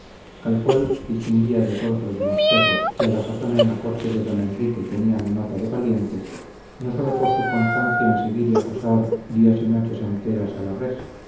al cual distinguía de todos los demás perros que a la sazón en la corte de don enrique tenían nota de valientes no sólo por su constancia en seguir y acosar días y noches enteras a la res